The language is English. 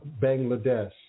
Bangladesh